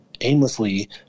aimlessly